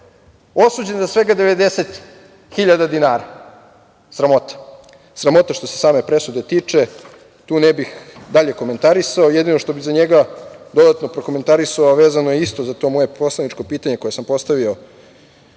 osuđen za svega 90.000 dinara. Sramota. Sramota što se same presude tiče. Tu ne bih dalje komentarisao. Jedino što bih za njega dodatno prokomentarisao, a vezano je isto za to moje poslaničko pitanje koje sam postavio